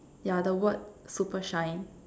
yeah the word super shine